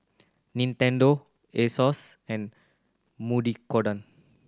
Nintendo Asos and